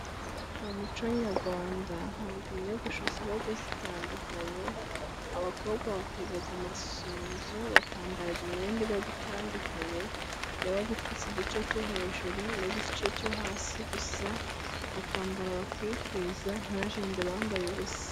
Mu muco nyarwanda haba inyogosho ziba zitandukanye; abakobwa batega amasunzu, bakambara imyenda ibatandukanye, yabaga ipfutse igice cyo hejuru n'igice cyo hasi gusa, bakambara bakikwiza ntibagende bambaye ubusa.